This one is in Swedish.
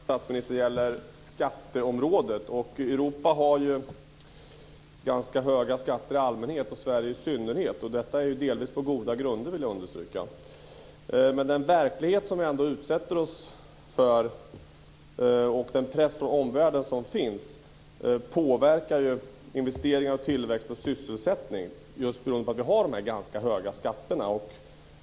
Fru talman! Jag vill ställa en fråga till statsministern på skatteområdet. Europa har ganska höga skatter i allmänhet och Sverige i synnerhet. Jag vill understryka att detta delvis är på goda grunder. Men pressen från omvärlden påverkar ändå investeringar, tillväxt och sysselsättning mot bakgrund av dessa ganska höga skatter.